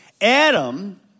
Adam